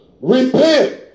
Repent